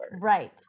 right